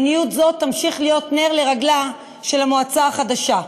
מדיניות זו תמשיך להיות נר לרגליה של המועצה החדשה.